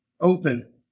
open